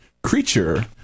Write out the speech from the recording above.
creature